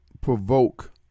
provoke